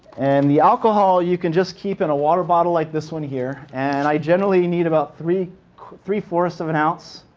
and the alcohol you can just keep in a water bottle like this one here. and i generally need about three three four of an ounce